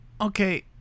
Okay